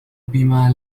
بما